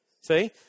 See